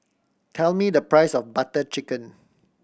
tell me the price of Butter Chicken